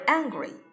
angry